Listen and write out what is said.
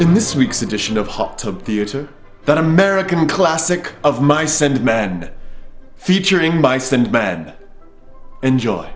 in this week's edition of hot tub theater that american classic of mice and men featuring by sinbad enjoy